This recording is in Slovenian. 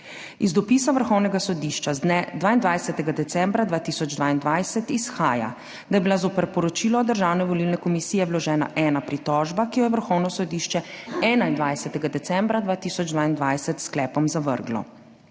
Iz dopisa Vrhovnega sodišča z dne 22. decembra 2022 izhaja, da je bila zoper poročilo Državne volilne komisije vložena ena pritožba, ki jo je Vrhovno sodišče 21. decembra 2022 s sklepom zavrglo.